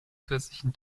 zusätzlichen